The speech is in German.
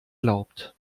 glaubt